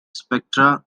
spectra